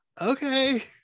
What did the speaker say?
okay